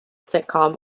sitcom